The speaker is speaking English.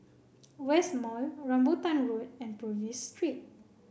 West Mall Rambutan Road and Purvis Street